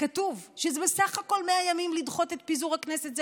כתוב שזה בסך הכול 100 ימים לדחות את פיזור הכנסת.